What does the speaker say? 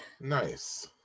Nice